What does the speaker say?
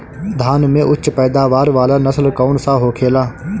धान में उच्च पैदावार वाला नस्ल कौन सा होखेला?